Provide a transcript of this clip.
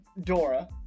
Dora